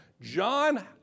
John